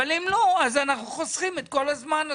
אבל אם לא, אז אנחנו חוסכים את כל הזמן הזה.